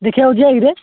ଦେଖିବାକୁ ଯିବା କିରେ